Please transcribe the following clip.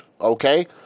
Okay